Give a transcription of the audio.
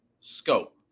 Scope